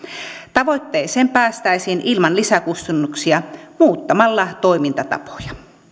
tavoitteeseen päästäisiin ilman lisäkustannuksia muuttamalla toimintatapoja